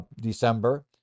december